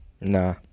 Nah